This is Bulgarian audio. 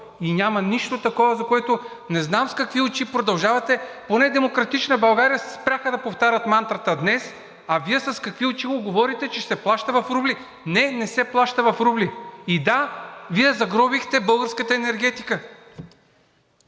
Няма нищо такова, за което не знам с какви очи продължавате – поне „Демократична България“ се спряха да повтарят мантрата днес. А Вие с какви очи го говорите, че се плаща в рубли? Не, не се плаща в рубли. Да, Вие загробихте българската енергетика.